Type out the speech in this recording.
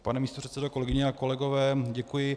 Pane místopředsedo, kolegyně a kolegové, děkuji.